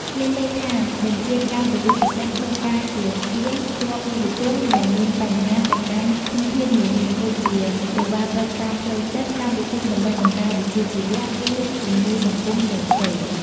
មានន័យថា បញ្ជាការប៉ូលិសពិសេសធ្វើការជាស្ពានភ្ជាប់យុវជនដែលមានបញ្ហាទៅកាន់ធនធាននានា ដូចជាសេវាប្រឹក្សាផ្លូវចិត្ត កម្មវិធីបណ្តុះបណ្តាលវិជ្ជាជីវៈ ឬជំនួយសង្គមផ្សេងៗ។